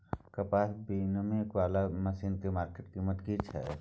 कपास बीनने वाला मसीन के मार्केट कीमत की छै?